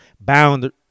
bound